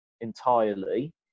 entirely